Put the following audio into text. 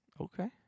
Okay